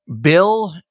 Bill